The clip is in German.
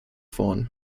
vorn